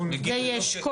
אשכול